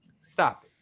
Stop